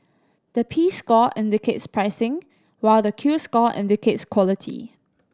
the P score indicates pricing while the Q score indicates quality